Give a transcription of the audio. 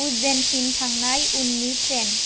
उज्जेनसिम थांनाय उननि ट्रेन